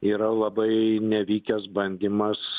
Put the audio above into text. yra labai nevykęs bandymas